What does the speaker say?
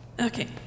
Okay